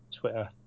Twitter